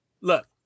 Look